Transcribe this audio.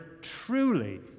truly